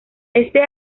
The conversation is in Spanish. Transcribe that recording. este